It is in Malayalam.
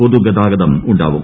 പൊതുഗതാഗതം ഉണ്ടാവും